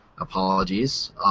Apologies